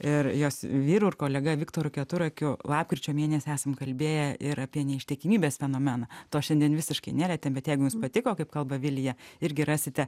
ir jos vyru ir kolega viktoru keturakiu lapkričio mėnesį esam kalbėję ir apie neištikimybės fenomeną to šiandien visiškai nelietėm bet jeigu jums patiko kaip kalba vilija irgi rasite